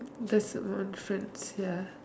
that's one friend ya